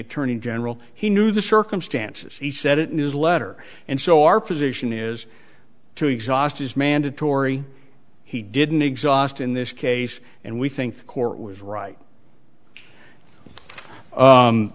attorney general he knew the circumstances he said it in his letter and so our position is to exhaust is mandatory he didn't exhaust in this case and we think the court was right